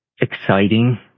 exciting